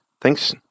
thanks